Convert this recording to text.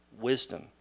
wisdom